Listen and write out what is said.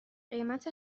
قیمت